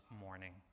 morning